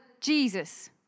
Jesus